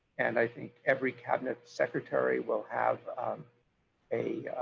and i think every cabinet secretary will have um a